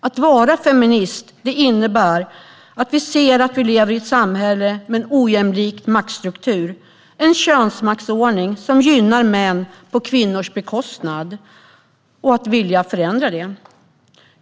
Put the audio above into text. Att vara feminist innebär att se att vi lever i ett samhälle med en ojämlik maktstruktur med en könsmaktsordning som gynnar män på kvinnors bekostnad och att vilja förändra detta.